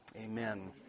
amen